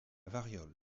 variole